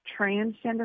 Transgender